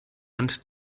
hand